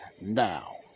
Now